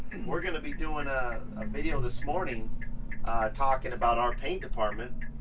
we're gonna be doing a video this morning talking about our paint department.